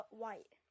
white